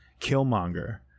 Killmonger